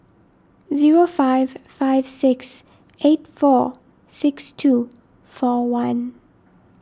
zero five five six eight four six two four one